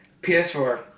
PS4